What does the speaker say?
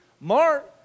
Mark